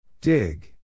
Dig